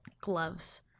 gloves